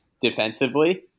defensively